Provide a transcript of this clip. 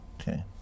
okay